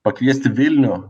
pakviesti vilnių